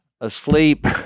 asleep